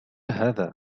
هذا